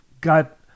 got